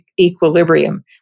equilibrium